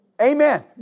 Amen